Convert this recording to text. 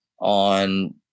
on